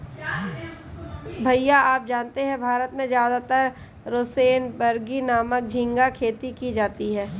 भैया आप जानते हैं भारत में ज्यादातर रोसेनबर्गी नामक झिंगा खेती की जाती है